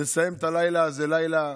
נסיים את הלילה הזה, לילה